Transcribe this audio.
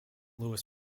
louis